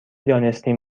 دانستیم